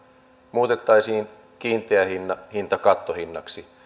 muutettaisiin kiinteä hinta hinta kattohinnaksi